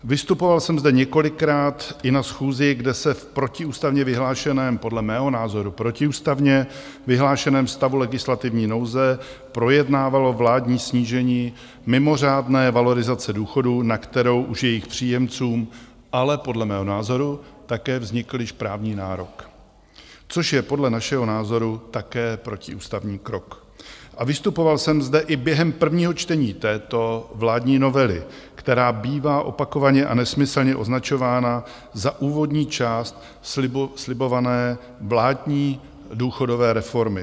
Vystupoval jsem zde několikrát i na schůzi, kde se v protiústavně vyhlášeném, podle mého názoru protiústavně vyhlášeném stavu legislativní nouze projednávalo vládní snížení mimořádné valorizace důchodů, na kterou už jejich příjemcům ale podle mého názoru také vznikl již právní nárok, což je podle našeho názoru také protiústavní krok, a vystupoval jsem zde i během prvního čtení této vládní novely, která bývá opakovaně a nesmyslně označována za úvodní část slibované vládní důchodové reformy.